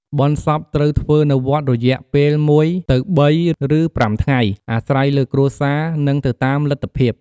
បុណ្យសពត្រូវធ្វើនៅវត្តរយៈពេល ១ - ៣ ឬ៥ថ្ងៃ អាស្រ័យលើគ្រួសារនិងទៅតាមលទ្ធភាព។